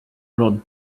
rolled